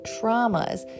traumas